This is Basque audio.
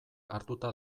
hartuta